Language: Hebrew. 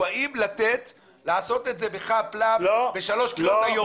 הוא האם לאפשר לעשות את זה בחפל"פ בשלוש קריאות היום.